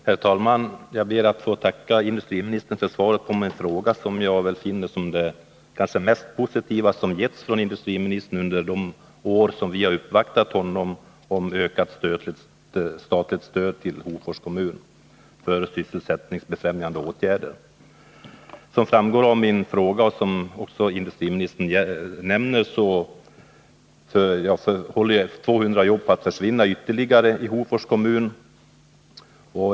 Herr talman! Jag ber att få tacka industriministern för svaret på min fråga, som jag finner vara det mest positiva som getts från industriministern under de år vi uppvaktat honom om ökat statligt stöd till Hofors kommun för sysselsättningsbefrämjande åtgärder. Som framgår av min fråga och som också industriministern nämner kommer 200 jobb att försvinna ytterligare i Hofors kommun.